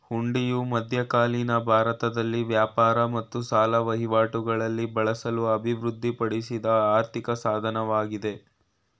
ಹುಂಡಿಯು ಮಧ್ಯಕಾಲೀನ ಭಾರತದಲ್ಲಿ ವ್ಯಾಪಾರ ಮತ್ತು ಸಾಲ ವಹಿವಾಟುಗಳಲ್ಲಿ ಬಳಸಲು ಅಭಿವೃದ್ಧಿಪಡಿಸಿದ ಆರ್ಥಿಕ ಸಾಧನವಾಗಿದೆ